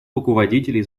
руководителей